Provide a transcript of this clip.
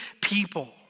people